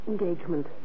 engagement